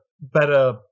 better